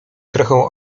trochę